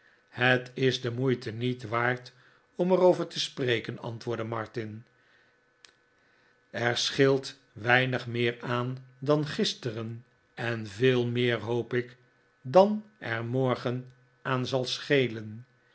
het is de moeite niet waard om er over te spreken antwoordde martin er scheelt weinig meer aan dan gisteren en veel meer hoop ik dan er morgen aan zal